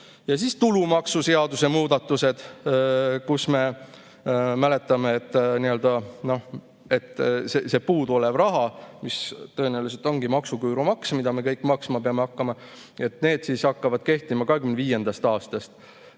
13%-le. Tulumaksuseaduse muudatused – me mäletame, et see puuduolev raha, mis tõenäoliselt ongi maksuküüru maks, mida me kõik maksma peame hakkama – hakkavad kehtima 2025. aastast.